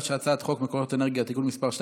אשר על